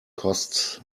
costs